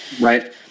Right